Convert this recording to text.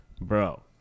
bro